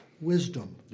wisdom